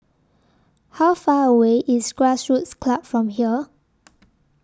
How Far away IS Grassroots Club from here